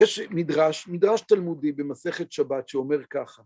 יש מדרש, מדרש תלמודי במסכת שבת שאומר ככה